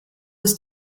ist